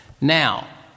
Now